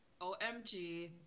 OMG